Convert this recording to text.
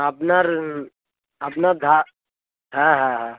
আপনার আপনার ধা হ্যাঁ হ্যাঁ হ্যাঁ